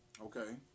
Okay